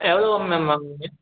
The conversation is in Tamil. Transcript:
எவ்வளோ மேம் வாங்குவிங்க